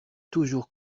toujours